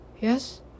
Yes